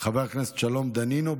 חבר הכנסת שלום דנינו,